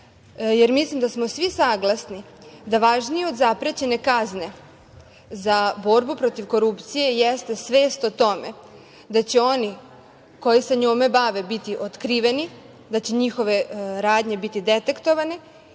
jer mislim da smo svi saglasni da važnije od zaprećene kazne za borbu protiv korupcije jeste svest o tome da će oni koji se njome bave biti otkriveni, da će njihove radnje biti detektovane